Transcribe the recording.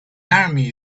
army